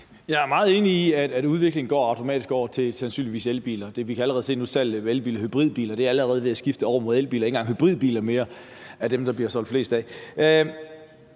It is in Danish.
Jeg er meget enig i, at udviklingen sandsynligvis automatisk går over til elbiler. Vi kan allerede nu se, at salget af hybridbiler er ved at skifte over mod elbiler. Så det er ikke engang hybridbiler mere, der bliver solgt flest af.